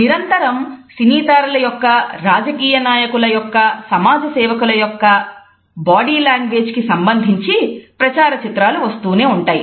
నిరంతరం సినీ తారల యొక్క రాజకీయ నాయకుల యొక్క సమాజ సేవకులు యొక్క బాడీ లాంగ్వేజ్ కి సంబంధించి ప్రచార చిత్రాలు వస్తూనే ఉంటాయి